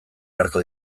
beharko